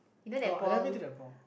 oh I never been to the ball